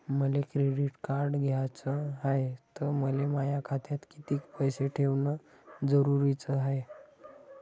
मले credit card घ्याचं हाय, त मले माया खात्यात कितीक पैसे ठेवणं जरुरीच हाय?